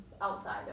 outside